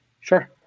Sure